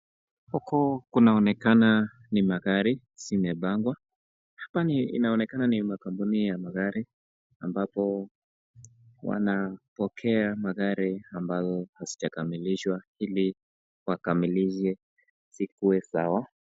Huku kunaonekana ni magari zimepangwa. Hapa inaonekana ni kambuni ya magari ambapo wanapokea magari ambazo hazijakamilishwa ili wakamilishe zikuwe sawa.